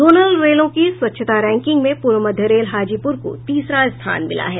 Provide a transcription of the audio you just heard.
zonal रेलों की स्वच्छता रैंकिंग में पूर्व मध्य रेल हाजीपूर को तीसरा स्थान मिला है